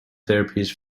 therapies